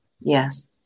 Yes